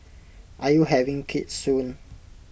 are you having kids soon